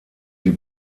die